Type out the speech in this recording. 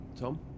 Tom